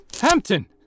Hampton